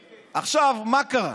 עכשיו, מה קרה?